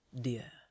dear